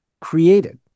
created